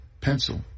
pencil